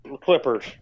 Clippers